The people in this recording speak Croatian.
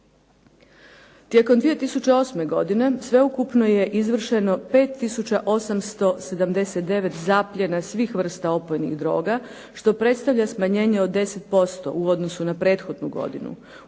Tijekom 2008. godine sveukupno je izvršeno 5 tisuće 879 zaplijena svih vrsta opojnih droga što predstavlja smanjenje od 10% u odnosu na prethodnu godinu,